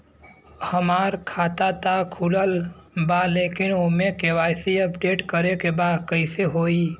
हमार खाता ता खुलल बा लेकिन ओमे के.वाइ.सी अपडेट करे के बा कइसे होई?